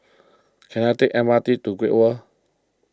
can I take M R T to Great World